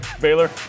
Baylor